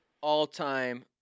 all-time